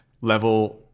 level